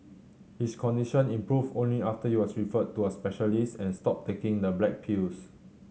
his condition improved only after he was referred to a specialist and stopped taking the black pills